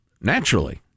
Naturally